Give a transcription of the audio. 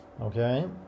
okay